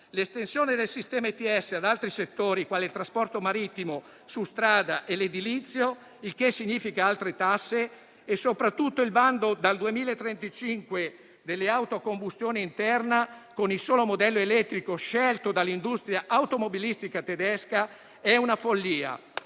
L'estensione del sistema EU ETS ad altri settori quali il trasporto marittimo su strada e l'edilizio - il che significa altre tasse - e, soprattutto, il bando dal 2035 delle auto a combustione interna con il solo modello elettrico scelto dall'industria automobilistica tedesca sono una follia.